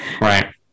Right